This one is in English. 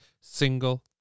single